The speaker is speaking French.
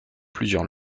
plusieurs